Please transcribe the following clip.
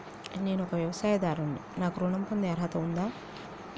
నేను ఒక వ్యవసాయదారుడిని నాకు ఋణం పొందే అర్హత ఉందా?